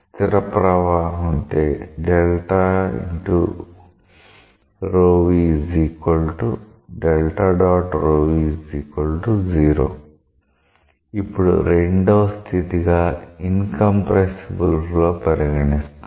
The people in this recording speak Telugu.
స్థిర ప్రవాహం ఇప్పుడు రెండవ స్థితిగా ఇన్ కంప్రెసిబుల్ పరిగణిస్తాం